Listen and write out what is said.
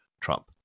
Trump